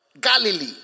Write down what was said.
Galilee